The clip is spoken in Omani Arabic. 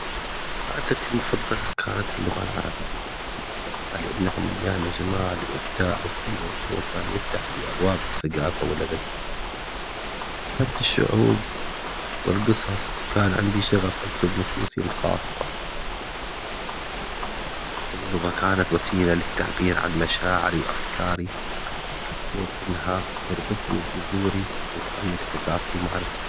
مادتي المفضلة كانت اللغة العربية، كنت أحبها لأنها مليانة جمال وإبداع وكل موضوع كان يفتح لي أبواب الثقافة والأدب، أحببت الشعوب والقصص وكان عندي شغف أكتب نصوصي الخاصة، اللغة كانت وسيلة للتعبير عن مشاعري وأفكاري وحسيت إنها تربطني بجذوري وتعمق ثقافتي ومعرفتي.